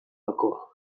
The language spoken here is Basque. bakoa